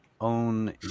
own